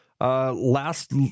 Last